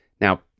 Now